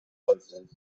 choices